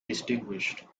distinguished